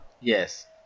Yes